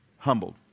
Humbled